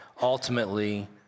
ultimately